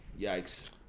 Yikes